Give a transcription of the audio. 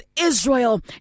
Israel